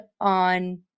on